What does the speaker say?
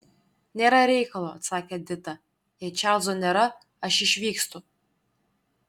nėra reikalo atsakė edita jei čarlzo nėra aš išvykstu